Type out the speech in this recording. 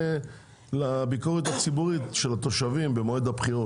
לביקורת הציבורית של התושבים במועד הבחירות,